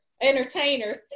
entertainers